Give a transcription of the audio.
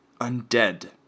undead